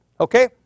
Okay